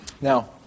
Now